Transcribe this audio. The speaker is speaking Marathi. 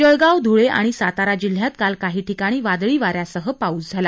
जळगाव ध्ळे आणि सातारा जिल्ह्यात काल काही ठिकाणी वादळी वाऱ्यासह पाउस झाला